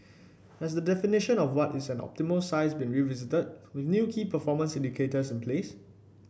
has the definition of what is an optimal size been revisited with new key performance indicators in place